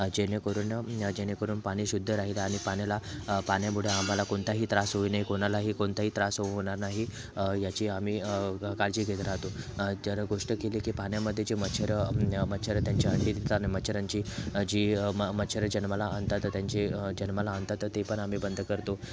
जेणेकरून जेणेकरून पाणी शुद्ध राहील आणि पाण्याला पाण्यामुळे आम्हाला कोणताही त्रास होऊ नये कोणालाही कोणताही त्रास होणार नाही याची आम्ही काळजी घेत राहतो ज्याला गोष्ट केली की पाण्यामध्ये जे मच्छर मच्छर त्यांची अंडी देतात आणि मच्छरांची जी मच्छर जन्माला आणतात त्यांची जन्माला आणतात ते पण आम्ही बंद करतो